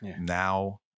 now